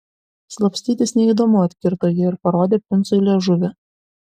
slapstytis neįdomu atkirto ji ir parodė princui liežuvį